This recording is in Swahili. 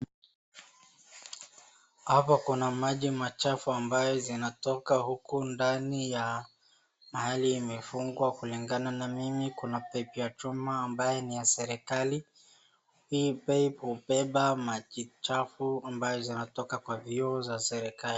Hapa kuna maji machafu ambayo zinatoka huku ndani ya mahali imefungwa kulingana na mimi. Kuna pipe ya chuma ambayo ni ya serikali. Hii pipe hubeba maji chafu ambayo zinatoka kwa vyoo za serikali.